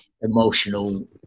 emotional